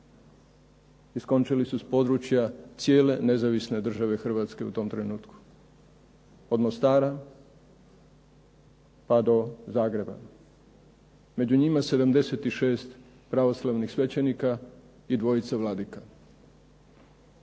skončali su s područja cijele Nezavisne Države Hrvatske u tom trenutku, od Mostara, pa do Zagreba. Među njima 76 pravoslavnih svećenika i dvojica vladika.